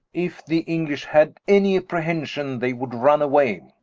if the english had any apprehension, they would runne away